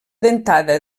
dentada